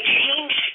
change